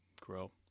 grow